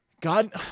God